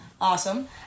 Awesome